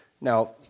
Now